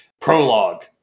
prologue